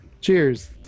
Cheers